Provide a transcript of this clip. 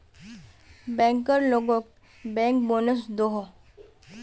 banker लोगोक bank bonus दोहों